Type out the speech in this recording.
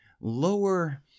lower